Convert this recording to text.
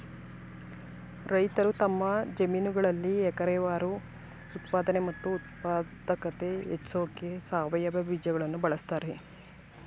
ರೈತರು ತಮ್ಮ ಜಮೀನುಗಳಲ್ಲಿ ಎಕರೆವಾರು ಉತ್ಪಾದನೆ ಮತ್ತು ಉತ್ಪಾದಕತೆ ಹೆಚ್ಸೋಕೆ ಸಾವಯವ ಬೀಜಗಳನ್ನು ಬಳಸ್ತಾರೆ